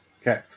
Okay